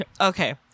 okay